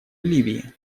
ливии